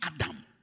Adam